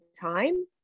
time